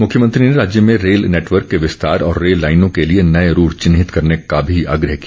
मुख्यमंत्री ने राज्य में रेल नेटवर्क के विस्तार और रेल लाईनों के लिए नए रूट चिन्हित करने का भी आग्रह किया